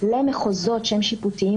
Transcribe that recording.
בידי מיעוט נבחרי הציבור או שיתוק משטרי כתוצאה